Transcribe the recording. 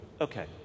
Okay